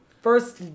First